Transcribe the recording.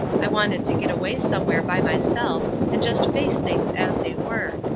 i wanted to get away somewhere by myself and just face things as they were.